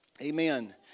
Amen